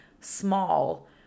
small